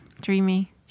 Dreamy